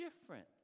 different